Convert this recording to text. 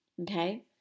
okay